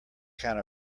kind